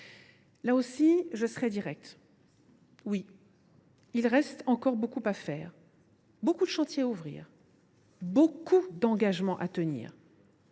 Là encore, je serai directe : oui, il reste encore beaucoup à faire, beaucoup de chantiers à ouvrir, beaucoup d’engagements à tenir.